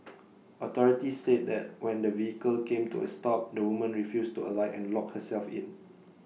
authorities said that when the vehicle came to A stop the woman refused to alight and locked herself in